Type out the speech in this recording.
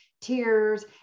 tears